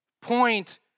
Point